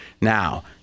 Now